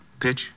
Pitch